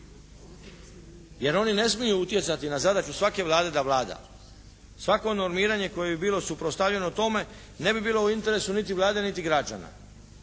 Jer oni ne smiju utjecati na zadaću svake Vlade da vlada. Svako normiranje koje bi bilo suprotstavljeno tome ne bi bilo u interesu niti Vlade niti građana.